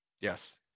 Yes